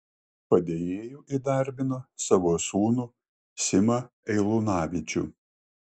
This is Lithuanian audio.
padėjėju įdarbino savo sūnų simą eilunavičių